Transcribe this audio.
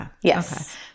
Yes